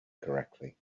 correctly